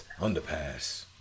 Underpass